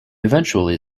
eventually